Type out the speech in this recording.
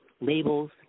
labels